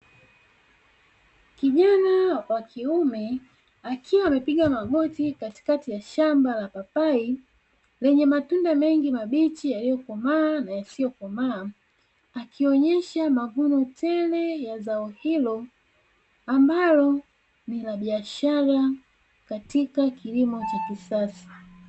Kijana wa kiume akiwa amepiga magoti katikati ya shamba la papai, lenye matunda mengi mabichi yaliyokomaa na yasiyokomaa akionyesha mavuno tele ya zao hilo ambalo ni la biashara katika kilimo cha kisasa.